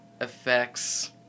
effects